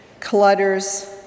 clutters